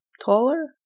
taller